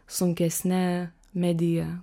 sunkesne medija